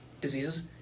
diseases